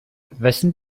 wessen